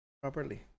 properly